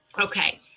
okay